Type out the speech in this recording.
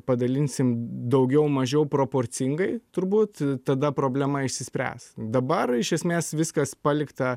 padalinsim daugiau mažiau proporcingai turbūt tada problema išsispręs dabar iš esmės viskas palikta